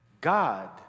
God